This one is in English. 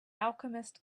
alchemist